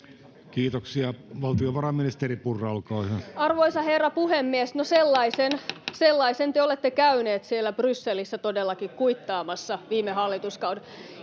Kiitoksia. — Valtiovarainministeri Purra, olkaa hyvä. Arvoisa herra puhemies! No, sellaisen te olette käyneet siellä Brysselissä todellakin kuittaamassa viime hallituskaudella.